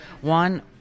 One